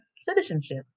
citizenship